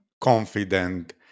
confident